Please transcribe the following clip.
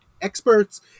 experts